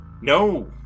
No